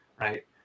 right